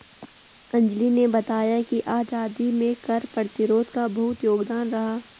अंजली ने बताया कि आजादी में कर प्रतिरोध का बहुत योगदान रहा